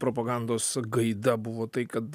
propagandos gaida buvo tai kad